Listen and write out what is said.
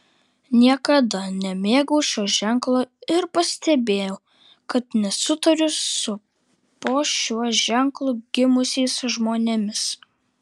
niekada nemėgau šio ženklo ir pastebėjau kad nesutariu su po šiuo ženklu gimusiais žmonėmis